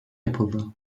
yapıldı